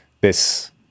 this-